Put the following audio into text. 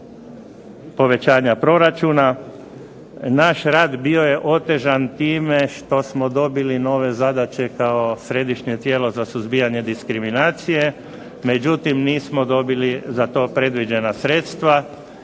povećanja proračuna. Naš rad bio je otežan time što smo dobili nove zadaće kao središnje tijelo za suzbijanje diskriminacije, međutim nismo dobili za to predviđena sredstva